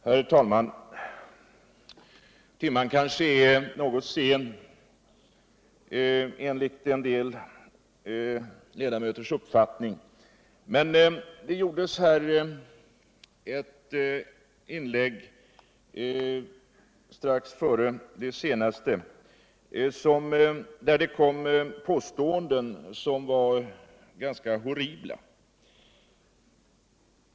Herr talman! Timmen är kanske något sen enligt en del Iedamöters uppfattning, men strax före det senaste anförandet gjordes det här ott inlägg. vari det förekom påståenden som var ganska horribla.